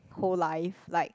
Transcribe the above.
whole life like